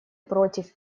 против